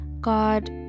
god